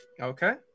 Okay